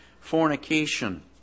fornication